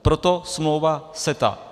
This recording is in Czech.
Proto smlouva CETA.